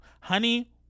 honey